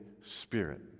Spirit